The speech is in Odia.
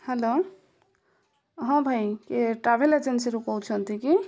ହ୍ୟାଲୋ ହଁ ଭାଇ ଇଏ ଟ୍ରାଭେଲ୍ ଏଜେନ୍ସିରୁ କହୁଛନ୍ତି କି